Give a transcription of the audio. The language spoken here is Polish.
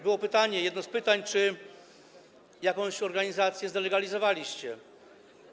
Było pytanie, jedno z pytań, czy jakąś organizację zdelegalizowaliście.